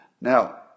Now